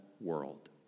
world